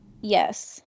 Yes